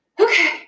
okay